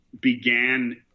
began